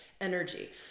energy